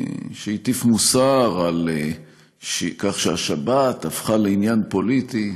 שהטיף מוסר על כך שהשבת הפכה לעניין פוליטי.